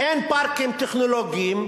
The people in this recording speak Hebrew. אין פארקים טכנולוגיים,